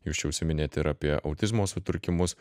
jūs čia užsiminėt ir apie autizmo sutrikimus